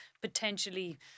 potentially